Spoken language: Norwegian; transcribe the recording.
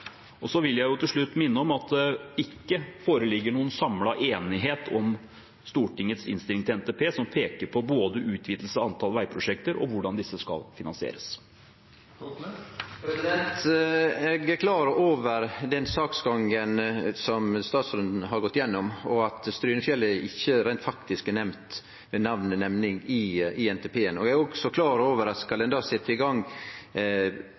Jeg vil til slutt minne om at det ikke foreligger noen samlet enighet om Stortingets innstilling til NTP som peker på både utvidelse av antall veiprosjekter og hvordan disse skal finansieres. Eg er klar over den saksgangen som statsråden har gått igjennom, og at Strynefjellet ikkje reint faktisk er nemnt ved namns nemning i NTP-en. Eg er også klar over at skal ein setje i